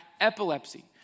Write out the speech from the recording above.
epilepsy